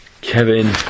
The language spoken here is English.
Kevin